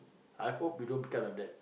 I hope you don't become like that